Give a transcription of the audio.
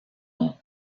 nom